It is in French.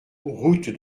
route